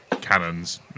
cannons